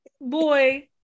Boy